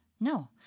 No